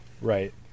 right